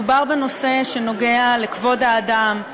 מדובר בנושא שנוגע לכבוד האדם,